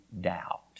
doubt